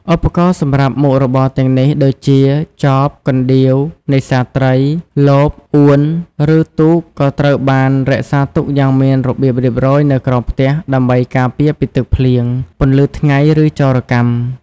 ឧបករណ៍សម្រាប់មុខរបរទាំងនេះ ដូចជា ចប កណ្ដៀវ នេសាទត្រី លប អួន ឬទូក ក៏ត្រូវបាន រក្សាទុកយ៉ាងមានរបៀបរៀបរយនៅក្រោមផ្ទះ ដើម្បីការពារពីទឹកភ្លៀង ពន្លឺថ្ងៃ ឬចោរកម្ម ។